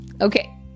Okay